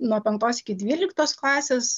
nuo penktos iki dvyliktos klasės